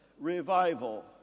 revival